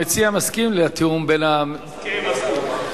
המציע מסכים לתיאום בין, מסכים, מסכים.